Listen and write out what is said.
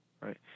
right